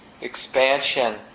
expansion